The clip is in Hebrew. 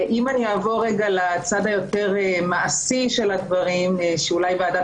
אם אני אעבור לצד היותר מעשי של הדברים שאולי ועדת